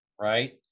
right